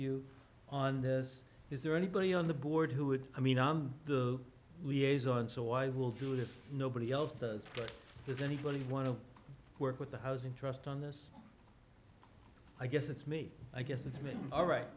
you on this is there anybody on the board who would i mean the liaison soil will do if nobody else does anybody want to work with the housing trust on this i guess it's me i guess it's all right